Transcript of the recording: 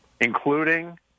including